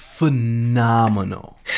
phenomenal